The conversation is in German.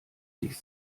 sich